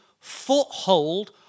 foothold